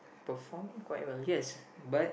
perform quite well yes but